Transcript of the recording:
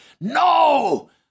No